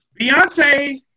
Beyonce